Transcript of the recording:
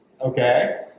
okay